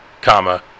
comma